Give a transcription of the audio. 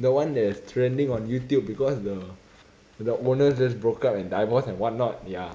the one that's trending on youtube because the the owner just broke up and divorce and what not ya